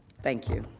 thank you.